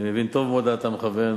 אני מבין טוב מאוד לאן אתה מכוון,